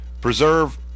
preserve